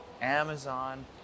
Amazon